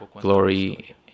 glory